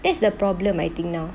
that's the problem I think now